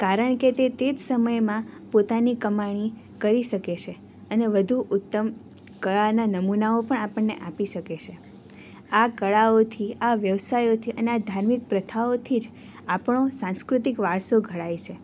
કારણકે તે તે જ સમયમાં પોતાની કમાણી કરી શકે છે અને વધુ ઉત્તમ કળાના નમૂનાઓ પણ આપણને આપી શકે છે આ કળાઓથી આ વ્યવસાયોથી અને આ ધાર્મિક પ્રથાઓથી જ આપણો સાંસ્કૃતિક વારસો ઘડાય છે